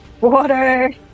Water